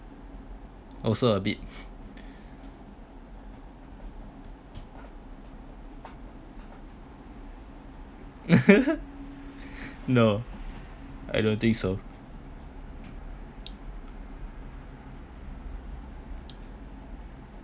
also a bit no I don't think so